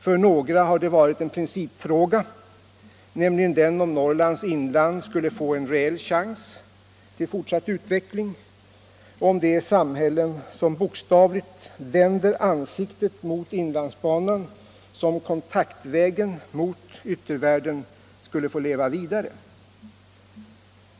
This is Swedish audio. För några har det gällt en principfråga, nämligen den om Norrlands inland skulle få en reell chans till fortsatt utveckling och om de samhällen som bokstavligt vänder ansiktet mot inlandsbanån som kontakt med yttervärlden skulle få leva vidare.